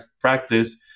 practice